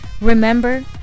Remember